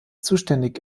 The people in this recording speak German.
zuständig